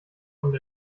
und